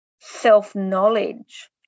self-knowledge